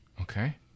Okay